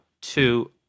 two